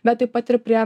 bet taip pat ir prie